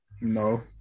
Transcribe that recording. No